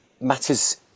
matters